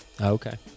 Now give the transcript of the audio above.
Okay